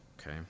okay